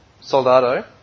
Soldado